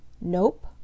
Nope